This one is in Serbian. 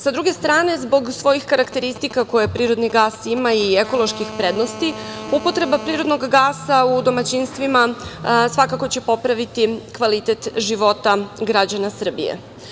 Sa druge strane, zbog svojih karakteristika koje prirodni gas ima i ekoloških prednosti, upotreba prirodnog gasa u domaćinstvima svakako će popraviti kvalitet života građana Srbije.